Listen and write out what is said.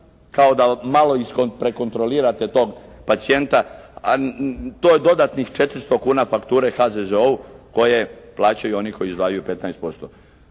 kao da malo prekontrolirate tog pacijenta, a to je dodatnih 400 kuna fakture HZZO-u koje plaćaju oni koji izdvajaju 15%.